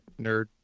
nerd